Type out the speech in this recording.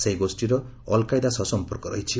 ସେହି ଗୋଷ୍ଠୀର Al Qaeda ସହ ସମ୍ପର୍କ ରହିଛି